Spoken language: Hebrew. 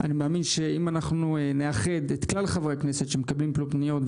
אני מאמין שאם אנחנו נאחד את כלל חברי הכנסת שמקבלים פניות,